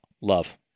love